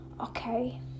okay